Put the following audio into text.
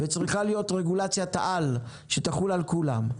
שצריכה להיות רגולציית-על שתחול על כולם.